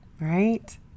right